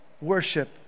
worship